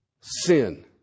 Sin